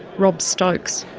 rob stokes.